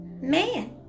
Man